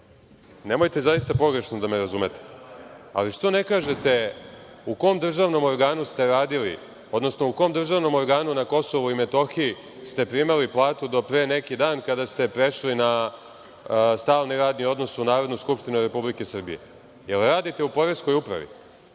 nemojte zaista pogrešno da me razumete, ali što ne kažete u kom državnom organu ste radili, odnosno u kom državnom organu na Kosovu i Metohiji ste primali platu do pre neki dan kada ste prešli na stalni radni odnos u Narodnu skupštinu Republike Srbije? Da li radite u poreskoj upravi?